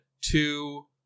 Two